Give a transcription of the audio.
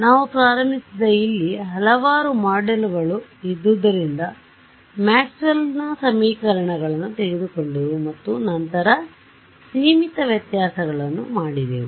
ನಾವು ಪ್ರಾರಂಭಿಸಿದ ಇಲ್ಲಿ ಹಲವಾರು ಮಾಡ್ಯೂಲ್ಗಳು ಇದ್ದುದರಿಂದ ಮ್ಯಾಕ್ಸ್ವೆಲ್ನ ಸಮೀಕರಣಗಳನ್ನು ತೆಗೆದುಕೊಂಡೆವು ಮತ್ತು ನಂತರ ಸೀಮಿತ ವ್ಯತ್ಯಾಸಗಳನ್ನು ಮಾಡಿದೆವು